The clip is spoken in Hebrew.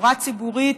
תחבורה ציבורית,